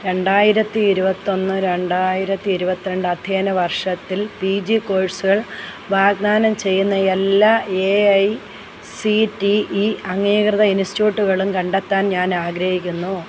രണ്ടായിരത്തി ഇരുപത്തൊന്ന് രണ്ടായിരത്തി ഇരുപത്തിരണ്ട് അധ്യയന വർഷത്തിൽ പി ജി കോഴ്സുകൾ വാഗ്ദാനം ചെയ്യുന്ന എല്ലാ A I C T E അംഗീകൃത ഇൻസ്റ്റിറ്റ്യൂട്ടുകളും കണ്ടെത്താൻ ഞാൻ ആഗ്രഹിക്കുന്നു